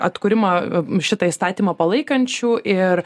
atkūrimą šitą įstatymą palaikančių ir